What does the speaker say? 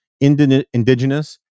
Indigenous